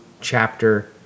chapter